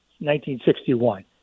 1961